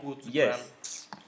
Yes